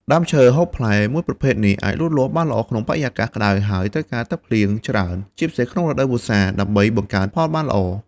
ដើមឈើហូបផ្លែមួយប្រភេទនេះ អាចលូតលាស់បានល្អក្នុងបរិយាកាសក្ដៅ ហើយត្រូវការទឹកភ្លៀងច្រើន ជាពិសេសក្នុងរដូវវស្សា ដើម្បីបង្កើតផលបានល្អ។